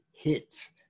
hits